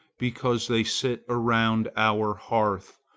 because they sit around our hearth,